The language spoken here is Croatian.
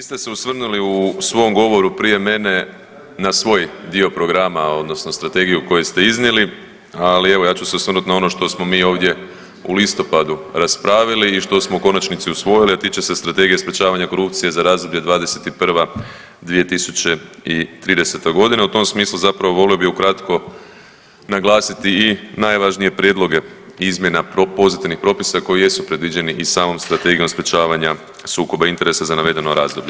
Dakle, vi ste se osvrnuli u svom govoru prije mene na svoj dio programa odnosno strategiju koju ste iznijeli, ali evo ja ću se osvrnut na ono što smo mi ovdje u listopadu raspravili i što smo u konačnici usvojili, a tiče se Strategije sprečavanja korupcije za razdoblje 2021.-2030.g. U tom smislu volio bih ukratko naglasiti i najvažnije prijedloge izmjena pozitivnih propisa koji jesu predviđeni i samom Strategijom sprečavanja sukoba interesa za navedeno razdoblje.